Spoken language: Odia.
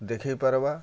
ଦେଖେଇ ପାର୍ବା